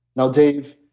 now dave,